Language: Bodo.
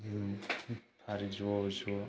आरो ज' ज'